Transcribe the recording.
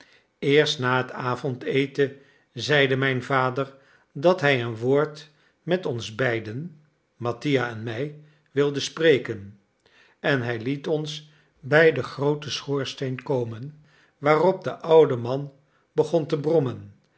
eerst na het avondeten zeide mijn vader dat hij een woord met ons beiden mattia en mij wilde spreken en hij liet ons bij den grooten schoorsteen komen waarop de oude man begon te brommen